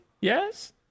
Yes